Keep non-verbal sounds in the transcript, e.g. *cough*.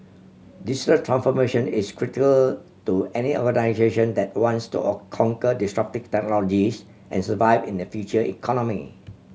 digital transformation is critical to any organisation that wants to *unintelligible* *unintelligible* conquer disruptive technologies and survive in the future economy